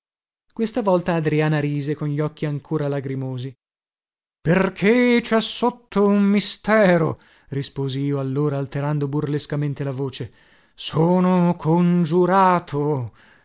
questa volta adriana rise con gli occhi ancora lagrimosi perché cè sotto un mistero risposi io allora alterando burlescamente la voce sono congiurato non